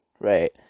Right